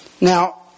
Now